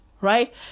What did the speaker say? right